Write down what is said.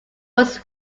was